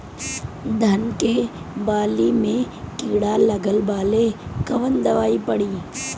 धान के बाली में कीड़ा लगल बाड़े कवन दवाई पड़ी?